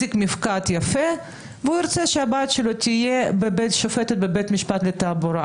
מפקד יפה והוא ירצה שהבת שלו תהיה שופטת בבית משפט לתעבורה.